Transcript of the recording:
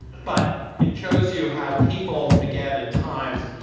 but it shows you how people, again, at times,